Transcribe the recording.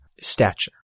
stature